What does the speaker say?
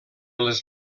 les